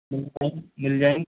मिल जाएगी मिल जाएगी